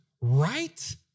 right